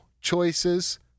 choices